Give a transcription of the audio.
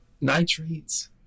nitrates